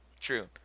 True